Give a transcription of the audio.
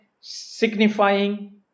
signifying